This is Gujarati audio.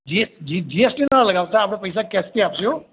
જી એસ જી જી એસ ટીના લગાવતા આપણે પૈસા કૅશથી આપીશું